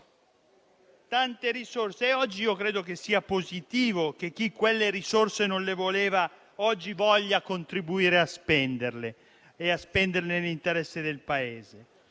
ma seriamente. Io credo che sia positivo che chi quelle risorse non le voleva oggi voglia contribuire a spenderle, nell'interesse del Paese.